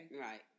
Right